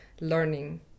learning